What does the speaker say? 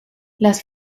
las